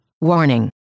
Warning